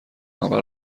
همه